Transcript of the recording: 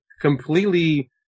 completely